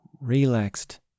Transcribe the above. relaxed